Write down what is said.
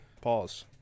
Pause